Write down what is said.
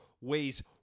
weighs